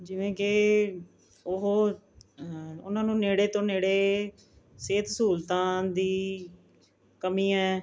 ਜਿਵੇਂ ਕਿ ਉਹ ਉਹਨਾਂ ਨੂੰ ਨੇੜੇ ਤੋਂ ਨੇੜੇ ਸਿਹਤ ਸਹੂਲਤਾਂ ਦੀ ਕਮੀ ਹੈ